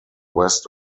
west